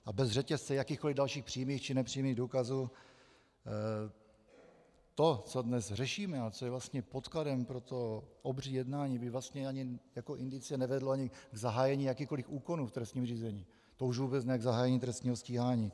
A bez řetězce jakýchkoliv dalších přímých či nepřímých důkazů to, co dnes řešíme a co je vlastně podkladem pro to obří jednání, by vlastně ani jako indicie nevedlo ani k zahájení jakýchkoliv úkonů v trestním řízení, a už vůbec ne k zahájení trestního stíhání.